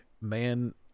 man